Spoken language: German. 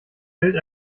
bild